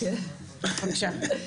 בבקשה.